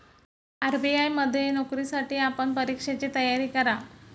RBI मध्ये नोकरीसाठी आपण परीक्षेची तयारी करा